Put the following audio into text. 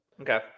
Okay